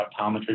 optometry